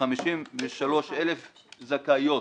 כ-63 אלף זכאיות.